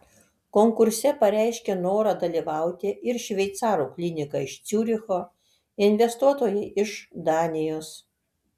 konkurse pareiškė norą dalyvauti ir šveicarų klinika iš ciuricho investuotojai iš danijos